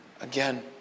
again